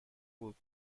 بود